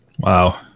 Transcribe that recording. Wow